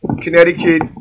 Connecticut